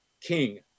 king